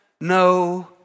no